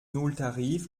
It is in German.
nulltarif